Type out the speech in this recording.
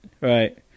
Right